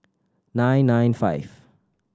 nine nine five